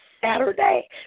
Saturday